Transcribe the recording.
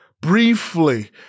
briefly